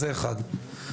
וזה הדבר הראשון.